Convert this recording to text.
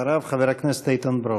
אחריו, חבר הכנסת איתן ברושי.